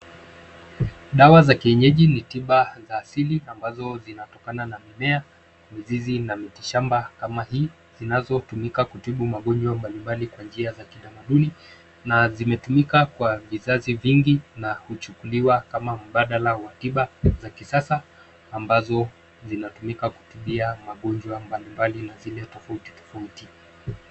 Dawa za kienyeji ni tiba za asili ambazo zinatokana na mimea, mizizi na mitishamba kama hii, zinazo tumika kutibu magonjwa mbali mbali kwa njia za kitamaduni, na zimetumika kwa vizazi vingi, na huchukuliwa kama mbadala wa tiba za kisasa, ambazo zinatumika kutibia magonjwa mbali mbali na zile tofauti tofauti.